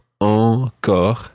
Encore